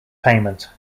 payment